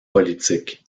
politique